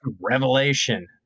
Revelation